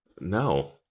no